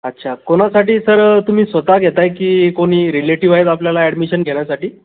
अच्छा कोणासाठी सर तुम्ही स्वतः घेताय की कोणी रिलेटीव्ह आहेत आपल्याला ऍडमिशन घेण्यासाठी